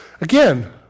Again